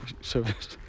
service